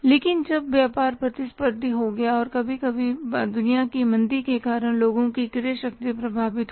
लेकिन जब व्यापार प्रतिस्पर्धी हो गया और कभी कभी दुनिया की मंदी के कारण लोगों की क्रय शक्ति प्रभावित हुई